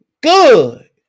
Good